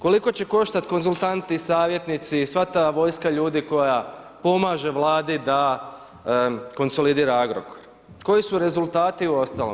Koliko će koštati konzultanti, savjetnici, sva ta vojska ljudi, koja pomaže vladi da konsolidira Agrokor, koji su rezultati uostalom.